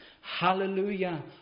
Hallelujah